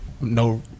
No